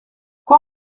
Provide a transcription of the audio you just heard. quoi